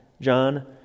John